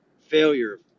failure